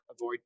avoid